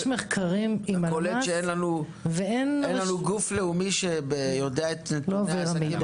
אתה קולט שאין לנו גוף לאומי שיודע את נתוני העסקים הקטנים?